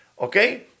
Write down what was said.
okay